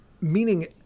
meaning